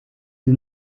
sie